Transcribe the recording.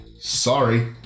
Sorry